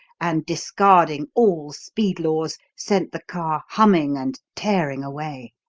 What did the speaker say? and discarding all speed laws, sent the car humming and tearing away.